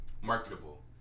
Marketable